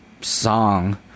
song